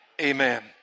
Amen